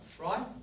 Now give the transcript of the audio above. right